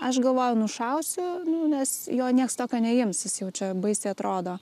aš galvoju nušausiu nes jo nieks tokio neims jis jau čia baisiai atrodo